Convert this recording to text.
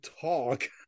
talk